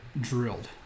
drilled